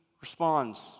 responds